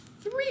three